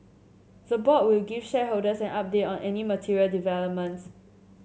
the board will give shareholders an update on any material developments